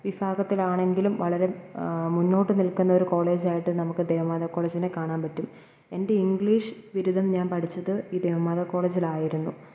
വിഭാഗത്തിലാണെങ്കിലും വളരെ മുന്നോട്ടു നിൽക്കുന്ന ഒരു കോളേജായിട്ട് നമുക്ക് ദേവമാതാ കോളേജിനെ കാണാൻ പറ്റും എൻ്റെ ഇംഗ്ലീഷ് ബിരുദം ഞാൻ പഠിച്ചത് ഈ ദേവമാതാ കോളേജിലായിരുന്നു